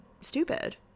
stupid